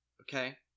Okay